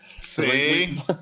See